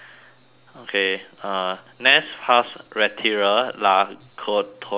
okay uh